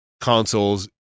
consoles